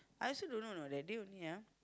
I also don't know know that day only ah